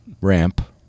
ramp